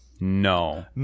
No